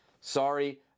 Sorry